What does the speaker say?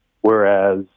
whereas